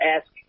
ask